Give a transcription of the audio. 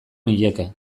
nieke